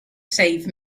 save